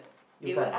you can't